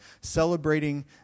celebrating